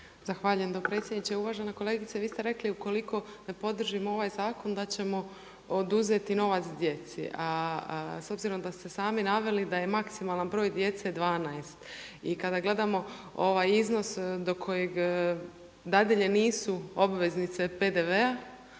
Zahvaljujem dopredsjedniče. Uvažena kolegice, vi ste rekli ukoliko ne podržimo ovaj zakon da ćemo oduzeti novac djeci. A s obzirom da ste sami naveli da je maksimalna broj djece 12 i kada gledamo ovaj iznos do kojeg dadilje nisu obveznice PDV-a